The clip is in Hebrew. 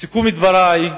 תודה.